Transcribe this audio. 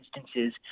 instances